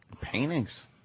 Paintings